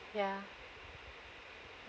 ya